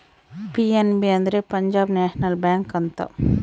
PNB ಅಂದ್ರೆ Punjab National Bank ಅಂತ